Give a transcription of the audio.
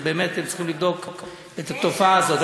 באמת צריך לבדוק את התופעה הזאת.